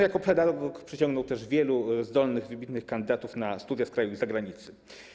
Jako pedagog przyciągnął też wielu zdolnych, wybitnych kandydatów na studia z kraju i z zagranicy.